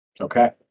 Okay